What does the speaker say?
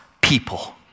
people